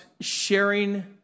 sharing